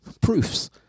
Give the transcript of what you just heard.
proofs